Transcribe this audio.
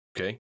Okay